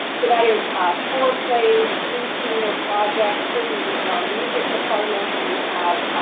so that is four plays, three senior projects, certainly within our music department we have